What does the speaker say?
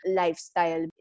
lifestyle